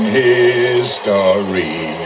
history